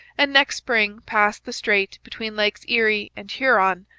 and next spring passed the strait between lakes erie and huron,